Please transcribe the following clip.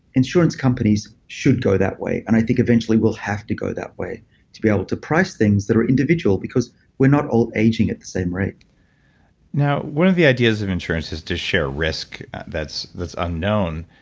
insurance companies should go that way. i think eventually, we'll have to go that way to be able to price things that are individual because we're not all aging at the same rate now, one of the ideas of insurance is to share risk that's that's unknown.